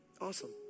Awesome